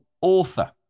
author